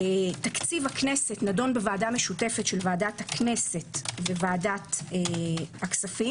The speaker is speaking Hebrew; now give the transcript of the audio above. תקציב הכנסת נדון בוועדת בוועדה משותפת של ועדת הכנסת ו-וועדת הכספים,